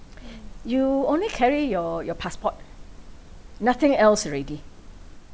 you only carry your your passport nothing else already